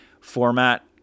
format